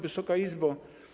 Wysoka Izbo!